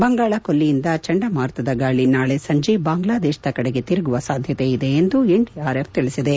ಬಂಗಾಳಕೊಳ್ಲಿಯಿಂದ ಚಂಡಮಾರುತದ ಗಾಳಿ ನಾಳೆ ಸಂಜೆ ಬಾಂಗ್ಲಾದೇಶದ ಕಡೆ ತಿರುಗುವ ಸಾಧ್ಯತೆ ಇದೆ ಎಂದು ಎನ್ಡಿಆರ್ಎಫ್ ತಿಳಿಸಿದೆ